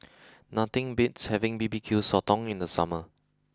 nothing beats having B B Q Sotong in the summer